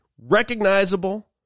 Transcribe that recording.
recognizable